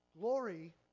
Glory